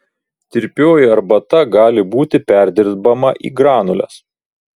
tirpioji arbata gali būti perdirbama į granules